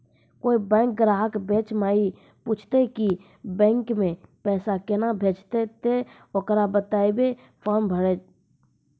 कोय बैंक ग्राहक बेंच माई पुछते की बैंक मे पेसा केना भेजेते ते ओकरा बताइबै फॉर्म भरो